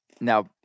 now